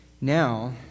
now